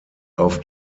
auf